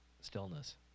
stillness